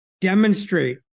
demonstrate